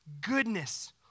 goodness